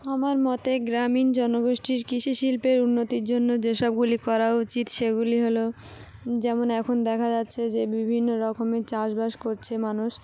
আমার মতে গ্রামীণ জনগোষ্ঠীর কৃষি শিল্পের উন্নতির জন্য যে সবগুলি করা উচিত সেগুলি হল যেমন এখন দেখা যাচ্ছে যে বিভিন্ন রকমের চাষবাস করছে মানুষ